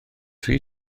rhy